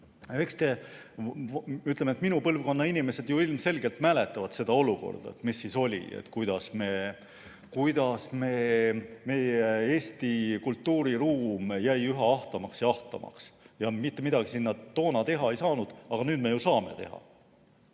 suurem. Minu põlvkonna inimesed ilmselgelt mäletavad seda olukorda, mis oli: kuidas eesti kultuuriruum jäi üha ahtamaks ja ahtamaks ja mitte midagi toona teha ei saanud. Aga nüüd me ju saame teha.